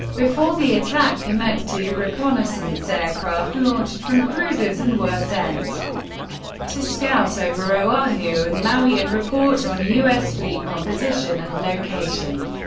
before the attack commenced, two reconnaissance aircraft launched from cruisers and were sent to scout over oahu and maui and report on u s. fleet composition and location.